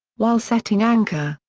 while setting anchor,